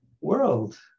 world